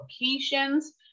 locations